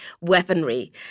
weaponry